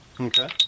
Okay